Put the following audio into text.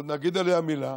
עוד נגיד עליה מילה,